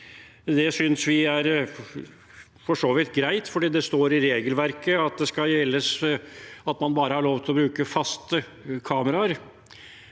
for så vidt er greit, fordi det står i regelverket at man bare har lov til å bruke faste kameraer.